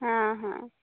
ହଁ ହଁ